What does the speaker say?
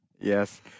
Yes